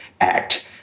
act